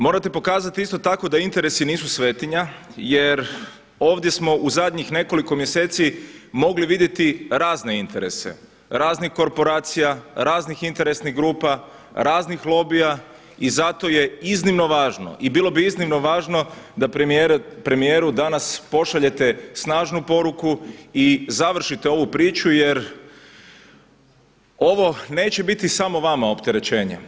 Morate pokazati isto tako da interesi nisu svetinja jer ovdje smo u zadnjih nekoliko mjeseci mogli vidjeti razne interese raznih korporacija, raznih interesnih grupa, raznih lobija i zato je iznimno važno i bilo bi iznimno važno da premijeru danas pošaljete snažnu poruku i završite ovu priču jer ovo neće biti samo vama opterećenje.